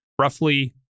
roughly